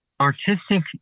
artistic